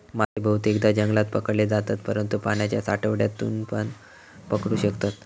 मासे बहुतेकदां जंगलात पकडले जातत, परंतु पाण्याच्या साठ्यातूनपण पकडू शकतत